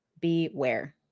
Beware